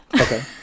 Okay